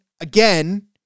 again